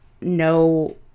no